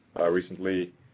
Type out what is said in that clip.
recently